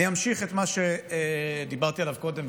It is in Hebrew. אמשיך את מה שדיברתי עליו קודם,